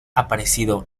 aparecido